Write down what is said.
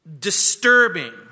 disturbing